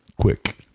Quick